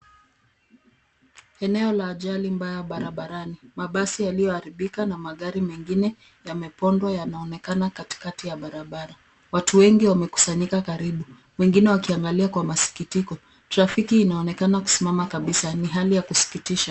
Eneo la ajali mbaya barabarani, mabasi yaliyoharibika na magari mengine yamepondwa yanaonekana katikati ya barabara. Watu wengi wamekusanyika karibu, wengine wakiangalia kwa masikitiko. Trafiki inaonekana kusimama kabisa, ni hali ya kusikitisha.